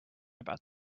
about